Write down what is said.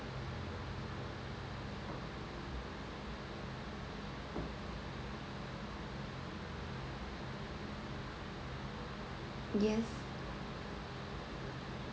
yes